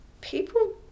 people